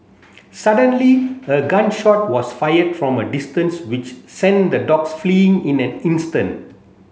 suddenly a gun shot was fired from a distance which sent the dogs fleeing in an instant